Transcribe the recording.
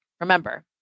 Remember